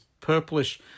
purplish